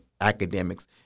academics